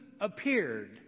appeared